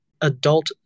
adult